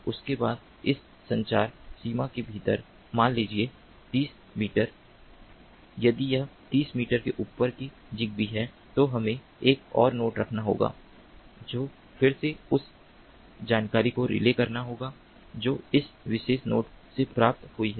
उसके बाद उस संचार सीमा के भीतर मान लीजिए तीस मीटर यदि वह तीस मीटर से ऊपर की ज़िगबी है तो हमें एक और नोड रखना होगा जो फिर से उस जानकारी को रिले करना होगा जो इस विशेष नोड से प्राप्त हुई है